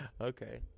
Okay